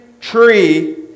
tree